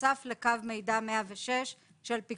בנוסף לקו מידע 104 של פיקוד